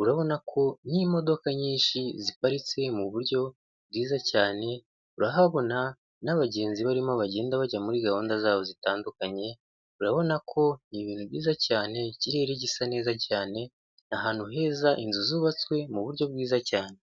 urabona ko n'imodoka nyinshi ziparitse mu buryo bwiza cyane. Urahabona n'abagenzi barimo bagenda bajya muri gahunda zabo zitandukanye, urabona ko ni ibintu byiza cyane, ikirere gisa neza cyane. Ni ahantu heza inzu zubatswe mu buryo bwiza cyane.